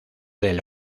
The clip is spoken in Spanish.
del